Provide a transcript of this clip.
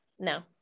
no